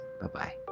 Bye-bye